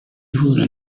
ihura